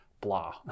blah